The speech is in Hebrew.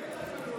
אין.